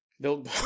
Build